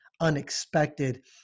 unexpected